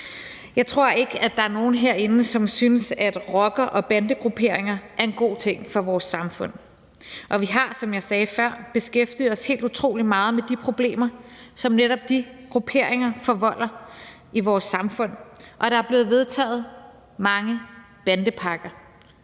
Jeg tror ikke, at der er nogen herinde, som synes, at rockere og bandegrupperinger er en god ting for vores samfund. Og vi har, som jeg sagde før, beskæftiget os helt utrolig meget med de problemer, som netop de grupperinger forvolder i vores samfund, og der er blevet vedtaget mange bandepakker;